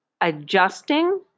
adjusting